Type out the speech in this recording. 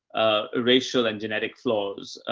ah, racial and genetic flaws.